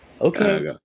okay